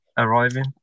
Arriving